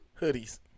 Hoodies